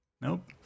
Nope